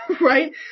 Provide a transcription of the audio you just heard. right